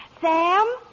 Sam